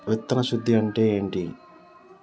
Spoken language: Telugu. విత్తన శుద్ధి అంటే ఏంటి?